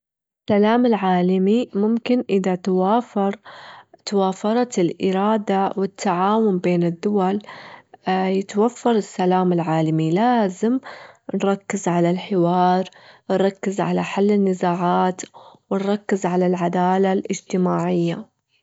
السلام العالمي ممكن إذا توافر توافرت الإرادة والتعاون بين الدول يتوفر السلام العالمي، لازم نركز على الحوار، نركز على حل النزاعات، ونركز على العدالة الإجتماعية.